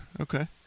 okay